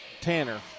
Tanner